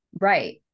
Right